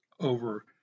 over